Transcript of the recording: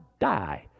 die